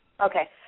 Okay